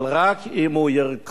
אבל רק אם הוא ירכוש